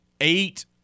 Eight